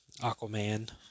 Aquaman